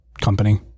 Company